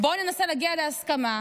בואו ננסה להגיע להסכמה,